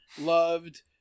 loved